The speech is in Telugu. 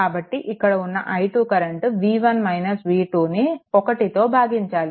కాబట్టి ఇక్కడ ఉన్న i2 కరెంట్ ను 1తో భాగించాలి